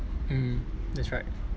mm that's right